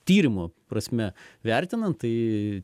tyrimo prasme vertinant tai